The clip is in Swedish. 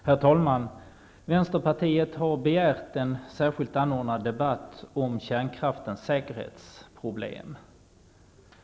Herr talman! Vänsterpartiet har begärt en särskilt anordnad debatt om kärnkraftens säkerhetsproblem.